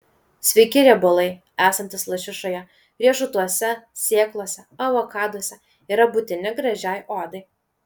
sveiki riebalai esantys lašišoje riešutuose sėklose avokaduose yra būtini gražiai odai